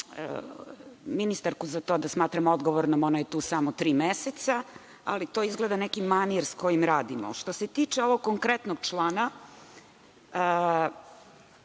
ministarku za to da smatram odgovornom, ona je tu samo tri meseca, ali to je izgleda neki manir sa kojim radimo. Što se tiče ovog konkretnog člana,